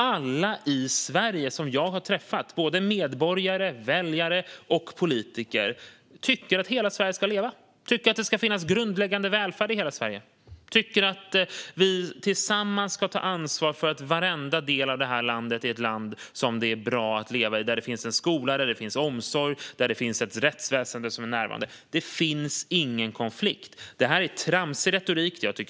Alla i Sverige som jag har träffat - både medborgare, väljare och politiker - tycker att hela Sverige ska leva. De tycker att det ska finnas grundläggande välfärd i hela Sverige och att vi tillsammans ska ta ansvar för att varenda del av det här landet ska vara bra att leva i. Det ska finnas en skola, det ska finnas omsorg och det ska finnas ett närvarande rättsväsen. Det finns ingen konflikt. Det här är tramsig retorik, fru talman.